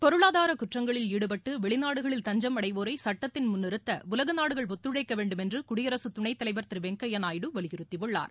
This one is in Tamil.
பொருளாதார குற்றங்களில் ஈடுபட்டு வெளிநாடுகளில் தஞ்சம் அடைவோரை சுட்டத்தின் முன் நிறுத்த உலக நாடுகள் ஒத்துழைக்க வேண்டுமென்று குடியரசு துணைத்தலைவர் திரு வெங்கையா நாயுடு வலியுறுத்தியுள்ளார்